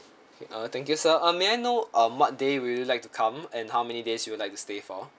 okay uh thank you sir um may I know um what day would you like to come and how many days you would like to stay for